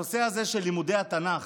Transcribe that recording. הנושא הזה של לימודי התנ"ך,